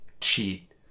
cheat